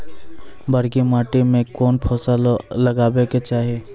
करकी माटी मे कोन फ़सल लगाबै के चाही?